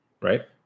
right